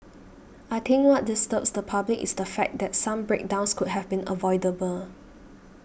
I think what disturbs the public is the fact that some breakdowns could have been avoidable